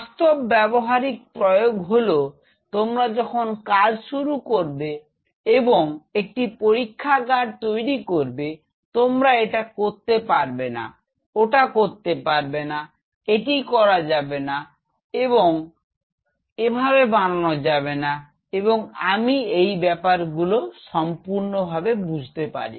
বাস্তব ব্যবহারিক প্রয়োগ হলো তোমরা যখন কাজ শুরু করবে এবং একটি পরীক্ষাগার তৈরি করবে তোমরা এটা করতে পারবে না ওটা করতে পারবে না এটি করা যাবে না এবং এভাবে বানানো যাবেনা এবং আমি এই ব্যাপার গুলো সম্পূর্ণভাবে বুঝতে পারি